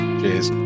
cheers